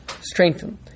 strengthen